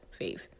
fave